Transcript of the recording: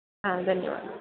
ఆ ధన్యవాదాలు